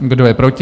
Kdo je proti?